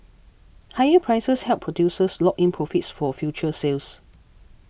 higher prices help producers lock in profits for future sales